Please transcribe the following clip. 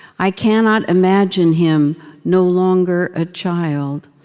i cannot imagine him no longer a child,